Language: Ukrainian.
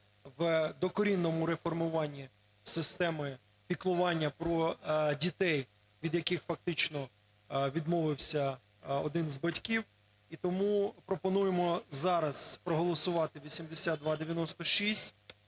в докорінному реформуванні системи піклування про дітей, від яких фактично відмовився один з батьків. І тому пропонуємо зараз проголосувати 8296